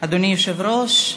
אדוני היושב-ראש,